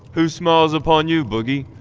who smiles upon you, boogie?